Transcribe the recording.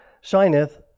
shineth